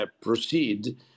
proceed